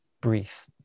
brief